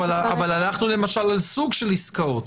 אבל הלכנו על סוג של עסקאות.